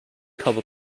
cover